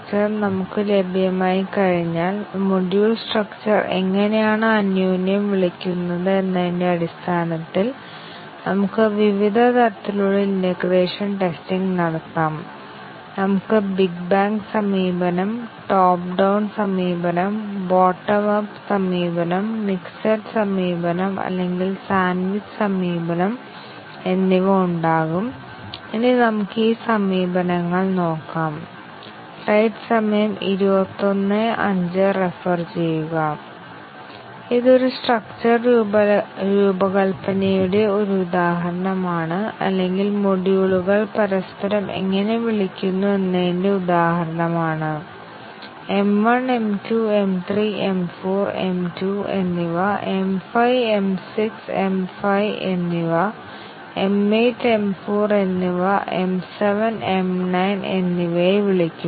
ഇപ്പോൾ നമുക്ക് മറ്റൊരു വൈറ്റ് ബോക്സ് ടെസ്റ്റിംഗ് സാങ്കേതികത നോക്കാം അത് മ്യൂട്ടേഷൻ ടെസ്റ്റിംഗ് ആണ് മ്യൂട്ടേഷൻ ടെസ്റ്റിംഗ് ഒരു കവറേജ് ടെസ്റ്റിംഗ് അല്ലെന്ന് ഞങ്ങൾ പറഞ്ഞിരുന്നു എന്നാൽ ഇത് ഒരു ഫോൾട്ട് അധിഷ്ഠിത ടെസ്റ്റിംഗ് ടെക്നിക്കാണ് അവിടെ ഞങ്ങൾ പ്രോഗ്രാമിൽ ഒരു പ്രത്യേക തരം ഫോൾട്ട് അവതരിപ്പിക്കുന്നു ആ തരത്തിലുള്ള ഫോൾട്ട്നെതിരെ ടെസ്റ്റ് കേസുകൾ ഫലപ്രദമാണോ എന്ന് പരിശോധിക്കും